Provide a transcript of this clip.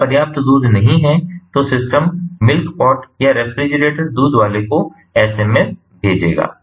अगर पर्याप्त दूध नहीं है तो सिस्टम मिल्क पॉट या रेफ्रिजरेटर दूध वाले को एसएमएस भेजेगा